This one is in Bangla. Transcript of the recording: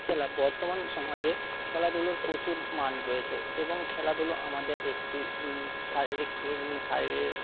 খেলা বর্তমান সমাজে খেলাধুলোর প্রচুর মান রয়েছে এবং খেলাধুলো আমাদের একটি শারীরিক শারীরের